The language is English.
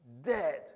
dead